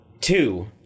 two